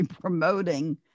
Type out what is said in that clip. promoting